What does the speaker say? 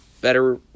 better